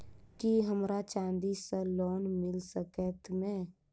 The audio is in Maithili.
की हमरा चांदी सअ लोन मिल सकैत मे?